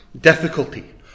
difficulty